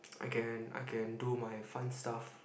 I can I can do my fun stuff